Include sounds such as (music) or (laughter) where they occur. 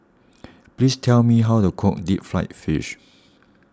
(noise) please tell me how to cook Deep Fried Fish